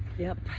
yep.